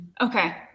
Okay